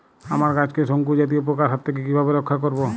আমার গাছকে শঙ্কু জাতীয় পোকার হাত থেকে কিভাবে রক্ষা করব?